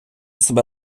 себе